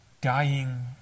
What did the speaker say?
dying